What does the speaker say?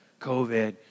COVID